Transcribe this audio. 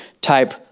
type